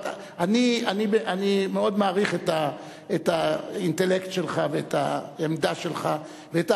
אני מאוד מעריך את האינטלקט שלך ואת העמדה שלך ואת